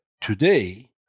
today